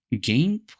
game